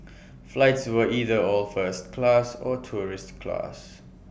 flights were either all first class or tourist class